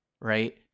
right